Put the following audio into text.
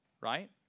right